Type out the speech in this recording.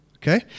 Okay